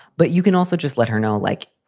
but you can also just let her know. like,